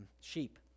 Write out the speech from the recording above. sheep